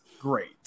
Great